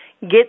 get